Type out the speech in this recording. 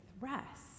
rest